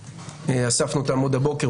אספנו אותם עוד הבוקר,